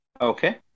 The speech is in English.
okay